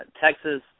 Texas